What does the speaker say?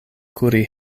kuri